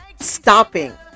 stopping